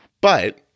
But-